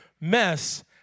Mess